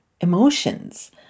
emotions